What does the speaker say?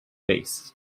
faced